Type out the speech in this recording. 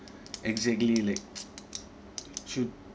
exactly like should